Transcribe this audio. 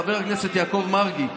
חבר הכנסת יעקב מרגי,